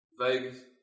Vegas